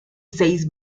seis